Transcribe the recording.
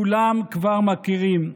כולם כבר מכירים.